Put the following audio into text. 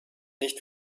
nicht